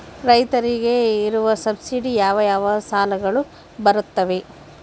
ರೈತರಿಗೆ ಇರುವ ಸಬ್ಸಿಡಿ ಯಾವ ಯಾವ ಸಾಲಗಳು ಬರುತ್ತವೆ?